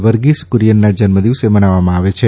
વર્ગીસ ક્રરિયનના જન્મદિવસે મનાવવામાં આવે છે